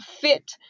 fit